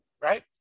Right